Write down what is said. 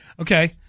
Okay